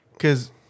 Cause